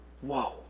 Whoa